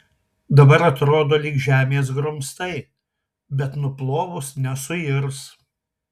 dabar atrodo lyg žemės grumstai bet nuplovus nesuirs